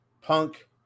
Punk